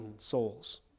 souls